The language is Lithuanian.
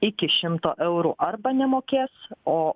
iki šimto eurų arba nemokės o